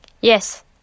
Yes